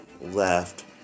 left